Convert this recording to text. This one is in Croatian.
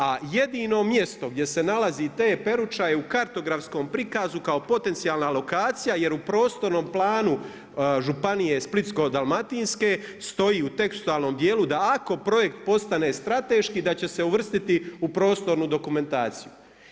A jedino mjesto gdje se nalazi T-Peruča je u kartografskom prikazu kao potencijalna lokacija jer u prostornom planu županije Splitsko-dalmatinske stoji u tekstualnom dijelu da ako projekt postane strateški da će se uvrstiti u prostornu dokumentaciju.